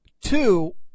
Two